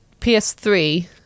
PS3